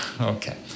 Okay